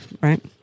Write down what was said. right